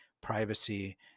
privacy